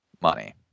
Money